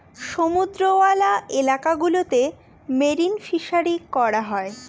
সমুদ্রওয়ালা এলাকা গুলোতে মেরিন ফিসারী করা হয়